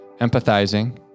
empathizing